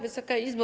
Wysoka Izbo!